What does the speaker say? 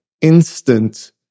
instant